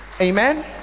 amen